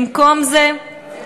במקום זה,